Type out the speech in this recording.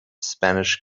spanish